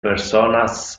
personas